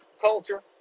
culture